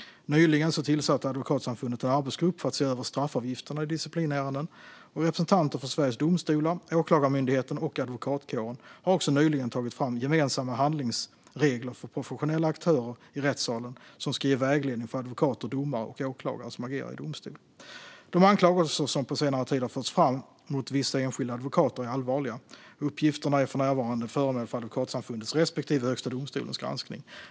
Nyligen tillsatte Advokatsamfundet en arbetsgrupp för att se över straffavgifterna i disciplinärenden. Representanter för Sveriges Domstolar, Åklagarmyndigheten och advokatkåren har också nyligen tagit fram gemensamma handlingsregler för professionella aktörer i rättssalen som ska ge vägledning för advokater, domare och åklagare som agerar i domstol. De anklagelser som på senare tid har förts fram mot vissa enskilda advokater är allvarliga. Uppgifterna är för närvarande föremål för advokatsamfundets respektive Högsta domstolens granskning.